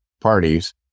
parties